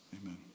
Amen